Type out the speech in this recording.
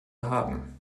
haben